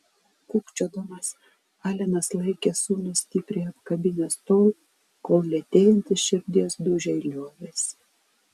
kūkčiodamas alenas laikė sūnų stipriai apkabinęs tol kol lėtėjantys širdies dūžiai liovėsi